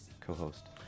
co-host